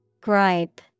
Gripe